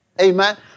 Amen